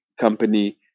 company